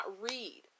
read